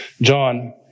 John